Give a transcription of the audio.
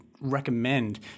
Recommend